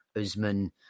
Usman